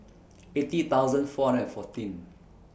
eighty thousand four hundred and fourteen